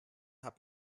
hat